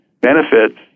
benefits